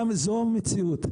גם זו המציאות,